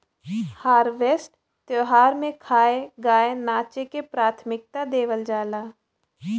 harvest त्यौहार में खाए, गाए नाचे के प्राथमिकता देवल जाला